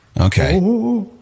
Okay